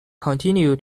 continue